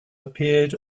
appeared